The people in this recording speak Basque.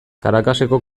caracaseko